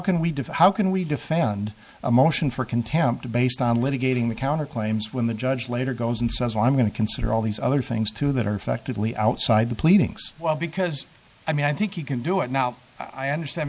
define how can we defend a motion for contempt based on litigating the counter claims when the judge later goes and says well i'm going to consider all these other things too that are effectively outside the pleadings well because i mean i think you can do it now i understand